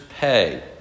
pay